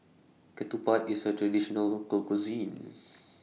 Ketupat IS A Traditional Local Cuisine